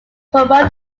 promote